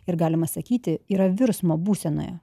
ir galima sakyti yra virsmo būsenoje